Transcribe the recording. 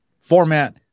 format